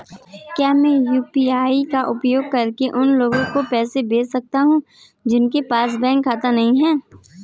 क्या मैं यू.पी.आई का उपयोग करके उन लोगों को पैसे भेज सकता हूँ जिनके पास बैंक खाता नहीं है?